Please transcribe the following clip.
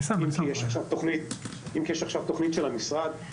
אם כי יש עכשיו תוכנית של המשרד,